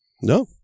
No